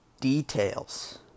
details